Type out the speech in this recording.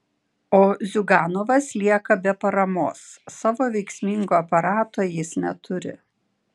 o ziuganovas lieka be paramos savo veiksmingo aparato jis neturi